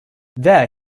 there